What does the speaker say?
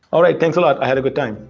all right, thanks a lot. i had a good time.